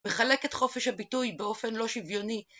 לחלק את חופש הביטוי באופן לא שוויוני.